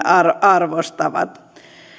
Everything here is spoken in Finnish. arvostavat